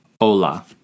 Hola